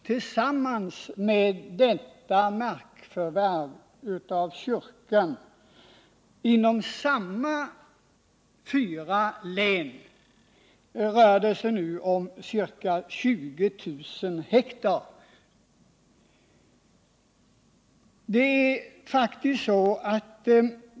Tillsammans med det markförvärv som kyrkan gjort inom samma fyra län rör det sig nu om ca 20 000 ha.